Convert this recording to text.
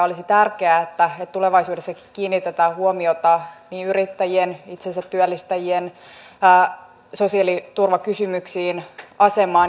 olisi tärkeää että tulevaisuudessakin kiinnitetään huomiota yrittäjien itsensä työllistävien sosiaaliturvakysymyksiin asemaan